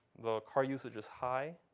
the car usage is high.